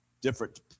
different